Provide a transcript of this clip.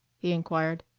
he inquired.